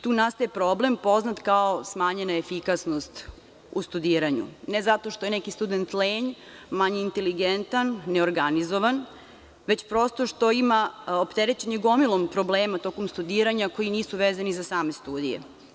Tu nastaje problem poznat kao – smanjena efikasnost u studiranju, ne zato što je neki student lenj, manje inteligentan, neorganizovan, već prosto što je opterećen gomilom problema tokom studiranja koji nisu vezani za same studije.